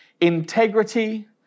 integrity